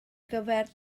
gyfer